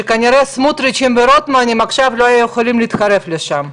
שכנראה הסמוטריצ'ים והרוטמנים עכשיו לא היו יכולים להתקרב לשם,